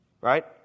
right